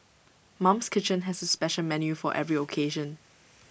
mum's kitchen has A special menu for every occasion